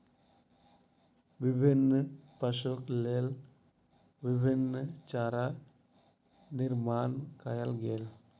विभिन्न पशुक लेल विभिन्न चारा निर्माण कयल गेल